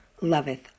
loveth